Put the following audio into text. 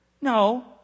No